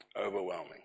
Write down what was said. Overwhelming